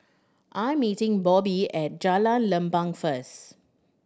I'm meeting Bobby at Jalan Lempeng first